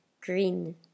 green